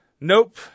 Nope